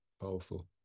powerful